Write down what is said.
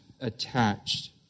attached